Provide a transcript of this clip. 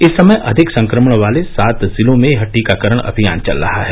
इस समय अधिक संक्रमण वाले सात जिलों में यह टीकाकरण अभियान चल रहा है